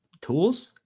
tools